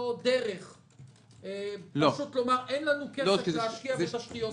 דרך לומר: אין לנו כסף להשקיע בתשתיות ציבוריות.